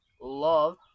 love